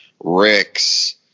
Ricks